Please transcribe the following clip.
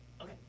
Okay